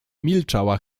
milczała